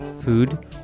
Food